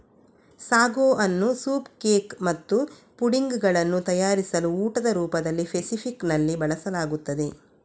sago ಅನ್ನು soup cake ಮತ್ತು pudding ಗಳನ್ನು ತಯಾರಿಸಲು ಊಟದ ರೂಪದಲ್ಲಿ ಫೆಸಿಫಿಕ್ ನಲ್ಲಿ ಬಳಸಲಾಗುತ್ತದೆ